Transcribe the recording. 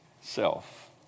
self